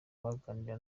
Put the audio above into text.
baganiriye